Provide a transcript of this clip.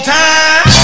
time